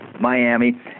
Miami